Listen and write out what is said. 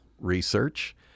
research